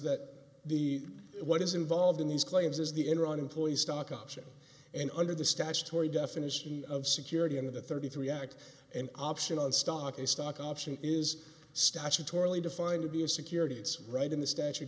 that the what is involved in these claims is the enron employees stock option and under the statutory definition of security and of the thirty three act and option on stock a stock option is statutorily defined to be a security it's right in the statute